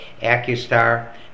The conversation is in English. Accustar